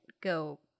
go